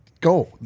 go